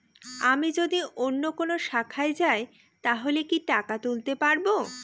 আমি যদি অন্য কোনো শাখায় যাই তাহলে কি টাকা তুলতে পারব?